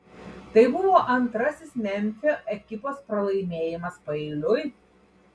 tai buvo antrasis memfio ekipos pralaimėjimas paeiliui